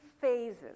phases